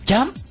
Jump